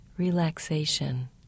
Relaxation